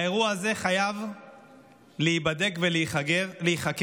האירוע הזה חייב להיבדק ולהיחקר,